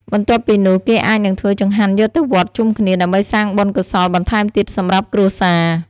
បន្ទាប់ពីនោះ គេអាចនឹងធ្វើចង្ហាន់យកទៅវត្តជុំគ្នា ដើម្បីសាងបុណ្យកុសលបន្ថែមទៀតសម្រាប់គ្រួសារ។